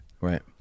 Right